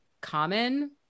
common